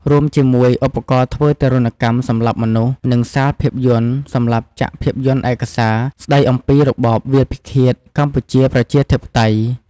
រួមជាមួយ ឧបករណ៍ធ្វើទារុណកម្មសម្លាប់មនុស្ស និងសាលភាពយន្ត សម្រាប់ចាក់ភាពយន្តឯកសារ ស្តីអំពីរបបវាលពិឃាត កម្ពុជាប្រជាធិបតេយ្យ។